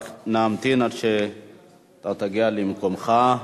רק נמתין עד שאתה תגיע למקומך,